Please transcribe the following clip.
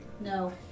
No